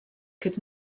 could